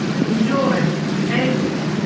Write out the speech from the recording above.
from joy, to anguish,